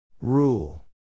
Rule